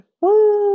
Woo